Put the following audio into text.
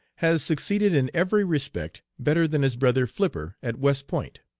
has succeeded in every respect better than his brother flipper at west point.